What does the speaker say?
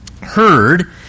heard